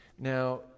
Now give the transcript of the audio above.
Now